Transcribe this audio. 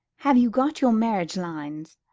have you got your marriage lines?